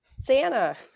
Santa